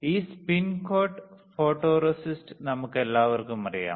ഈ spin coat photoresist നമുക്കെല്ലാവർക്കും അറിയാം